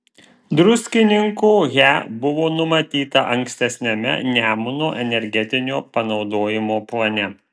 druskininkų he buvo numatyta ankstesniame nemuno energetinio panaudojimo plane